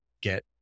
get